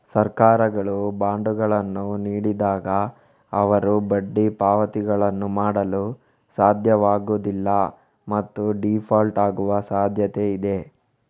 ಸರ್ಕಾರಗಳು ಬಾಂಡುಗಳನ್ನು ನೀಡಿದಾಗ, ಅವರು ಬಡ್ಡಿ ಪಾವತಿಗಳನ್ನು ಮಾಡಲು ಸಾಧ್ಯವಾಗುವುದಿಲ್ಲ ಮತ್ತು ಡೀಫಾಲ್ಟ್ ಆಗುವ ಸಾಧ್ಯತೆಯಿದೆ